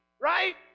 right